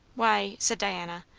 why, said diana,